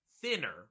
thinner